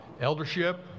eldership